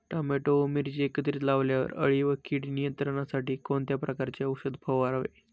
Tomato व मिरची एकत्रित लावल्यावर अळी व कीड नियंत्रणासाठी कोणत्या प्रकारचे औषध फवारावे?